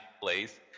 place